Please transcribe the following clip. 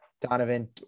Donovan